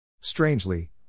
Strangely